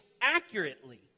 accurately